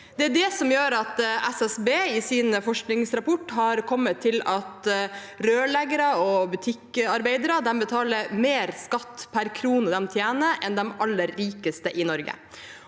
Det er det som gjør at SSB i sin forskningsrapport har kommet til at rørleggere og butikkarbeidere betaler mer skatt per krone de tjener, enn de aller rikeste i Norge